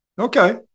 Okay